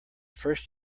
first